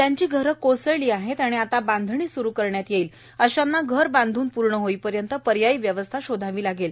ज्यांची घरं कोसळली आहेत आणि बांधणी सुरु करण्यात येणार आहे अशांना घर बांधून होईपर्यंत पर्यायी व्यवस्था शोधावी लागणार आहे